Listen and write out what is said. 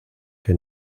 que